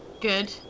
Good